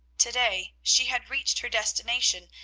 to-day she had reached her destination,